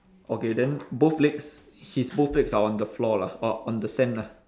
okay then both legs his both legs are on the floor lah or on the sand lah